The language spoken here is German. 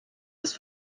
ist